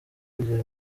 kugira